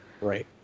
right